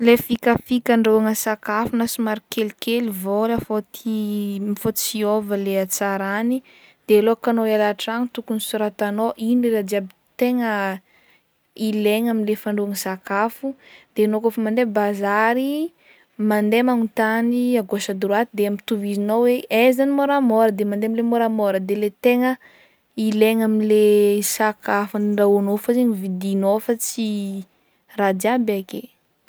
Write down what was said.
Lay fikafika andrahoina sakafo na somary kelikely vôla fao tia fao tsy hiôva lay hatsarany de laoka anao hiala antrano tokony soratanao ino raha jiaby tegna ilaigna am'le fandrahoina sakafo de ianao kaofa mandeha bazary mandeha magnontany à gauche à droite de ampitovizinao hoe aiza ny môramôra de mandeha am'lay môramôra de lay tegna ilaigna am'le sakafo andrahoinao fao zegny vidianao fa tsy raha jiaby ake.